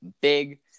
Big